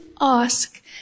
ask